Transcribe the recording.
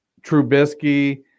Trubisky